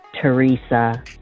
Teresa